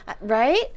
Right